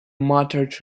muttered